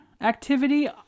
activity